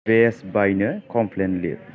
best बायनो complain लिर